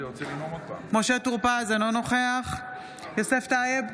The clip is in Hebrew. בהצבעה משה טור פז, אינו נוכח יוסף טייב,